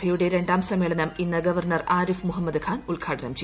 ലോക കേരള സഭയുടെ രണ്ടാം സമ്മേളനം ഇന്ന് ഗവർണർ ആരിഫ് മുഹമ്മദ് ഖാൻ ഉദ്ഘാടനം ചെയ്യും